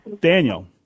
Daniel